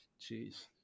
Jeez